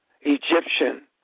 Egyptian